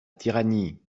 tyrannie